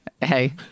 Hey